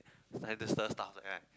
trying to stir stuff that kind right